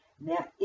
now